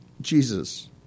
Jesus